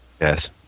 Yes